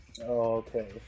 Okay